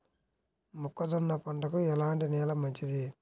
మొక్క జొన్న పంటకు ఎలాంటి నేల మంచిది?